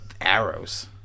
arrows